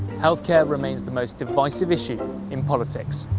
health care remains the most divisive issue in politics.